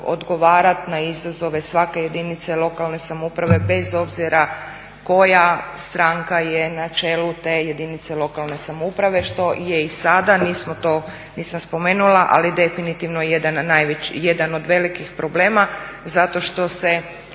odgovarati na izazove svake jedinice lokalne samouprave bez obzira koja stranka je na čelu te jedinice lokalne samouprave što je i sada. Nismo to, nisam spomenula, ali definitivno jedan od velikih problema zato što se